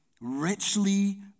richly